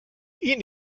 ihn